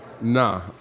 Nah